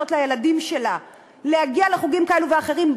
לעצמה שילדים שלה יגיעו לחוגים כאלה ואחרים,